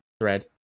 thread